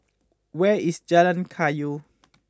where is Jalan Kayu